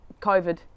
COVID